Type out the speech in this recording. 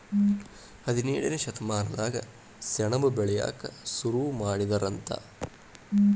ಹದಿನೇಳನೇ ಶತಮಾನದಾಗ ಸೆಣಬ ಬೆಳಿಯಾಕ ಸುರು ಮಾಡಿದರಂತ